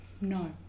No